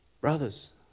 brothers